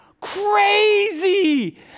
crazy